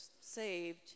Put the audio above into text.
saved